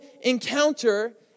encounter